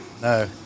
No